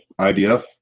IDF